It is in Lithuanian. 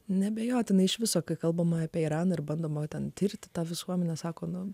neabejotinai iš viso kai kalbama apie iraną ir bandoma ten tirti tą visuomenę sako nu